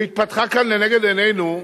והתפתחה כאן לנגד עינינו,